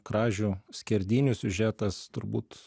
kražių skerdynių siužetas turbūt